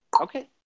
Okay